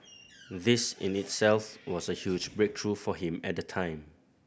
this in itself was a huge breakthrough for him at the time